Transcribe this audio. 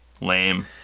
Lame